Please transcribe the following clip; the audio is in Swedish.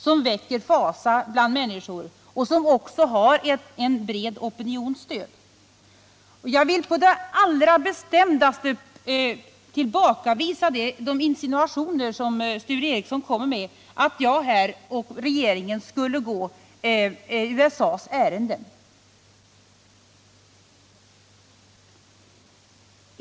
Det väcker fasa bland människorna, och motståndet mot detta vapen har stöd av en mycket bred opinion. Jag vill på det allra bestämdaste tillbakavisa Sture Ericsons insinuationer att jag och regeringen skulle gå USA:s ärenden.